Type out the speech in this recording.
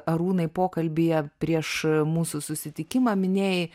arūnai pokalbyje prieš mūsų susitikimą minėjai